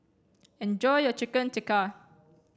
enjoy your Chicken Tikka